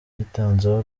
yitanzeho